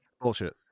Bullshit